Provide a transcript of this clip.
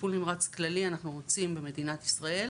טיפול נמרץ כללי אנחנו רוצים במדינת ישראל.